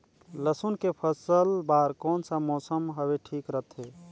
लसुन के फसल बार कोन सा मौसम हवे ठीक रथे?